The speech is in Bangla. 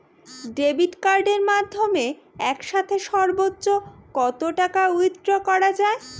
ডেবিট কার্ডের মাধ্যমে একসাথে সর্ব্বোচ্চ কত টাকা উইথড্র করা য়ায়?